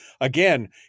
again